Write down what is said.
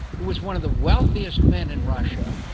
who was one of the wealthiest men in russia,